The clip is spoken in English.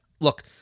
look